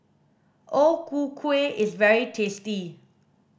O ku kueh is very tasty